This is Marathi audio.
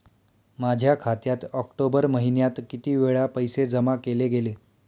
माझ्या खात्यात ऑक्टोबर महिन्यात किती वेळा पैसे जमा केले गेले?